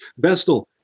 Bestel